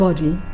Body